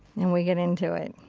and we get into it.